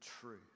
truth